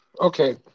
Okay